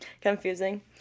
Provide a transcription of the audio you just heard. confusing